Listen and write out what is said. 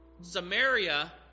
Samaria